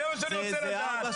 זה מה שאני רוצה לדעת.